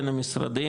בין המשרדים,